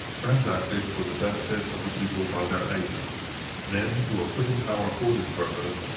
transacted for the benefit of the people by their agents men who are put in power for this purpose,